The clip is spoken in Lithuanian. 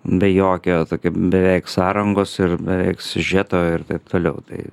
be jokio tokio beveik sąrangos ir beveik siužeto ir taip toliau tai